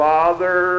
Father